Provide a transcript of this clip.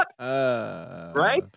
Right